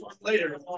later